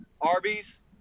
Arby's